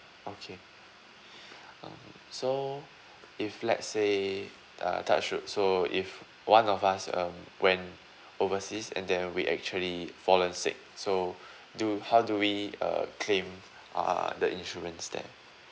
okay uh so if let's say uh touch wood so if one of us um went overseas and then we actually fallen sick so do how do we uh claim uh the insurance then